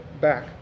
back